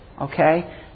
okay